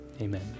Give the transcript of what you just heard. amen